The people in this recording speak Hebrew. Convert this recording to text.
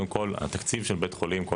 קודם כול התקציב של בית החולים כל